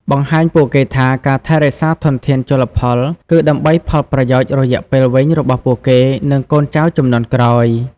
បង្ហាញពួកគេថា ការថែរក្សាធនធានជលផល គឺដើម្បីផលប្រយោជន៍រយៈពេលវែងរបស់ពួកគេ និងកូនចៅជំនាន់ក្រោយ។